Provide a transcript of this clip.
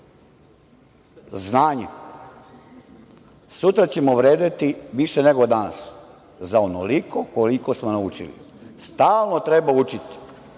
znanje - sutra ćemo vredeti više nego danas za onoliko koliko smo naučili. Stalno treba učiti,